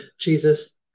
Jesus